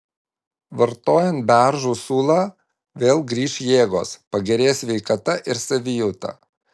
vartojant beržų sulą vėl grįš jėgos pagerės sveikata ir savijauta